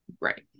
right